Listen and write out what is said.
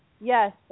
Yes